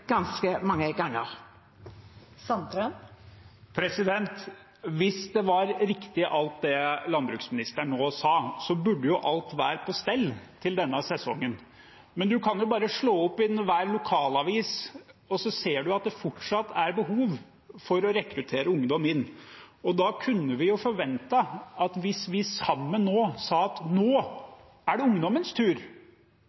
ganske mange ganger. Nils Kristen Sandtrøen – til oppfølgingsspørsmål. Hvis det var riktig alt det landbruksministeren nå sa, burde jo alt være på stell til denne sesongen. Men man kan jo bare slå opp i enhver lokalavis, så ser man at det fortsatt er behov for å rekruttere ungdom inn. Da kunne vi forventet at hvis vi nå sammen sa at nå